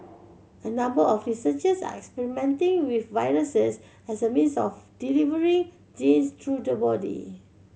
a number of researchers are experimenting with viruses as a means of delivering genes through the body